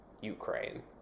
Ukraine